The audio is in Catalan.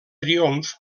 triomf